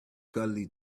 cuddly